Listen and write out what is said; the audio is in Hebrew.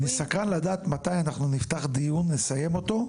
אני סקרן לדעת מתי אנחנו נפתח דיון ונסיים אותו,